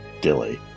Dilly